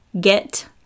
Get